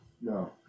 No